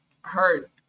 hurt